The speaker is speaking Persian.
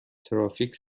ترافیک